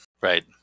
right